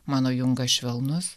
mano jungas švelnus